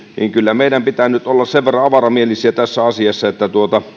niin kyllä meidän pitää nyt olla sen verran avaramielisiä tässä asiassa että